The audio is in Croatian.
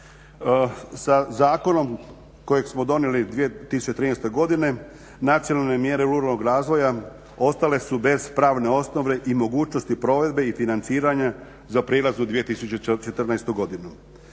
Za zakonom kojeg smo donijeli 2013.godine nacionalne mjere ruralnog razvoja ostale su bez pravne osnove i mogućnosti provedbe i financiranja za prilaz u 2014.godinu.